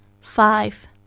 Five